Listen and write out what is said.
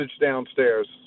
downstairs